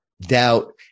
doubt